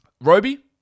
Roby